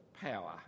power